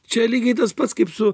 čia lygiai tas pats kaip su